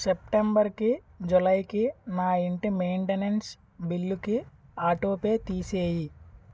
సెప్టెంబర్కి జులైకి నా ఇంటి మెయింటెనెన్స్ బిల్లుకి ఆటో పే తీసేయి